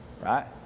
right